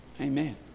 Amen